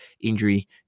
injury